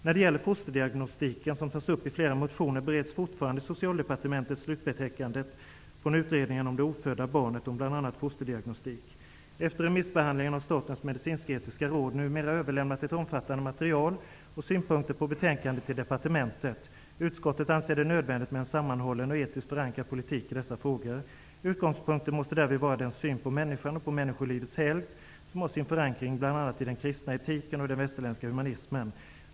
När det gäller fosterdiagnostiken, som tas upp i flera motioner, bereds fortfarande i Statens medicinsk-etiska råd numera överlämnat ett omfattande material och synpunkter på betänkandet till departementet. Utskottet anser det nödvändigt med en sammanhållen och etiskt förankrad politik i dessa frågor. Utgångspunkten måste därvid vara den syn på människan och på människolivets helgd som har sin förankring bl.a. i den kristna etiken och den västerländska humanismen.